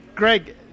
Greg